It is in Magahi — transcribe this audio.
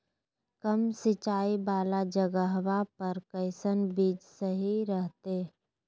कम सिंचाई वाला जगहवा पर कैसन बीज सही रहते?